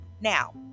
Now